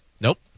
Nope